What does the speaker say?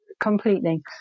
completely